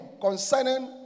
concerning